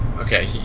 Okay